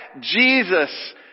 Jesus